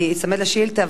אני אצמד לשאילתא,